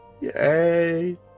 Yay